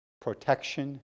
protection